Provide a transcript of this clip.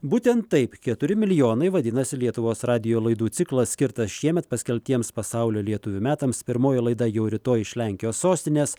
būtent taip keturi milijonai vadinasi lietuvos radijo laidų ciklas skirtas šiemet paskelbtiems pasaulio lietuvių metams pirmoji laida jau rytoj iš lenkijos sostinės